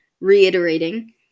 reiterating